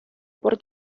por